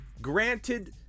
granted